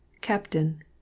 Captain